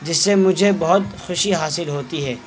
جس سے مجھے بہت خوشی حاصل ہوتی ہے